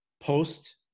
post